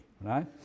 right